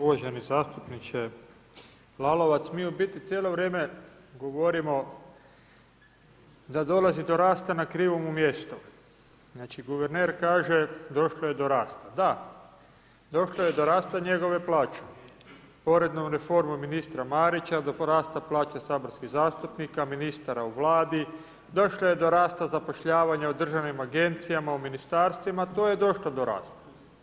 Uvaženi zastupniče Lalovac, mi u biti cijelo vrijeme govorimo da dolazi do rasta na krivome mjestu, znači guverner kaže došlo je do rasta, da, došlo je do rasta njegove plaće. poreznom reformom ministra Marića do rasta plaće saborskih zastupnika, ministara u Vladi, došlo je do rasta zapošljavanja u državnim agencijama, u ministarstvima, to je došlo do rasta.